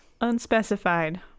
Unspecified